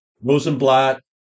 Rosenblatt